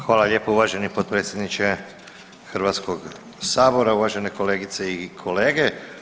Hvala lijepo uvaženi potpredsjedniče Hrvatskog sabora, uvažene kolegice i kolege.